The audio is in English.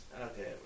Okay